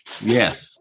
Yes